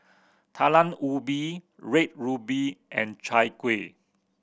Talam Ubi Red Ruby and Chai Kuih